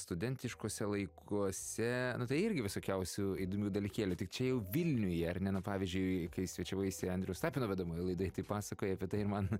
studentiškuose laikuose tai irgi visokiausių įdomių dalykėlių tik čia jau vilniuje ar ne na pavyzdžiui kai svečiavaisi andriaus tapino vedamoj laidoj pasakojai apie tai ir man